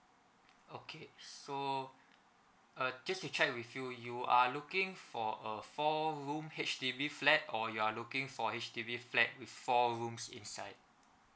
okay so uh just to check with you you are looking for a four room H_D_B flat or you're looking for H_D_B flat with four rooms inside